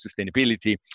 sustainability